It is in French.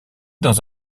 dans